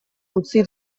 utzi